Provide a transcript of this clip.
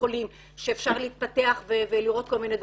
חולים שאפשר להתפתח ולראות כל מיני דברים,